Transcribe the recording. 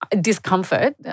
discomfort